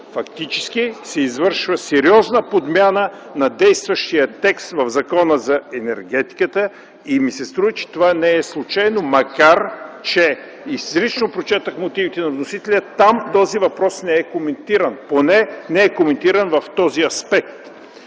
Фактически се извършва сериозна подмяна на действащия текст в Закона за енергетиката и ми се струва, че това не е случайно, макар че изрично прочетох мотивите на вносителя. Там този въпрос не е коментиран – поне не е коментиран в този аспект.